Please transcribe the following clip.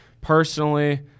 personally